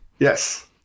Yes